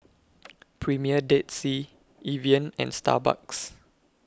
Premier Dead Sea Evian and Starbucks